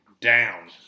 down